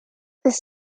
this